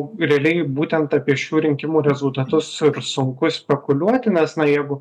realiai būtent apie šių rinkimų rezultatus sunku spekuliuoti nes na jeigu